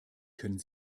können